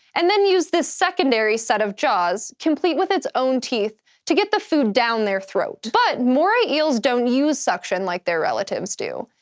and then use this secondary set of jaws, complete with its own teeth, to get the food down their throat. but moray eels don't use suction like their relatives do,